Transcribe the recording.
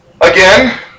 Again